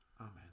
Amen